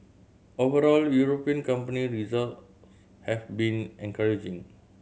overall European company result have been encouraging